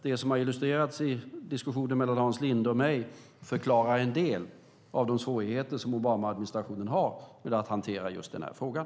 Det som har illustrerats i diskussionen mellan Hans Linde och mig förklarar en del av de svårigheter som Obamaadministrationen har med att hantera just den här frågan.